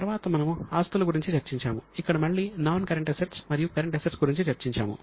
తరువాత మనము ఆస్తుల గురించి చర్చించాము ఇక్కడ మళ్ళీ నాన్ కరెంట్ అసెట్స్ గురించి చర్చించాము